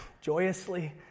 joyously